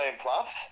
plus